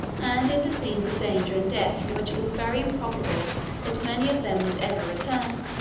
and into scenes of danger and death from which it was very improbable that many of them would ever return,